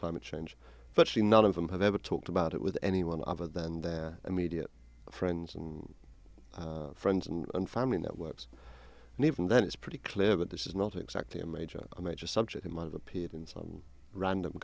climate change but she none of them have ever talked about it with anyone other than their immediate friends and friends and family networks and even then it's pretty clear that this is not exactly a major major subject of appeared in some random